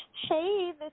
Hey